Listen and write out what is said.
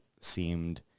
seemed